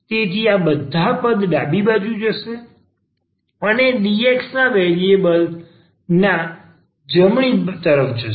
તેથી આ બધા પદ ડાબી બાજુ જશે અને dx ના વેરિએબલ નના પદ જમણી તરફ જશે